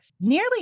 nearly